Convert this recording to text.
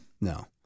No